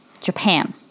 Japan